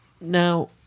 Now